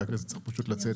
אני פשוט צריך לצאת.